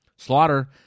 Slaughter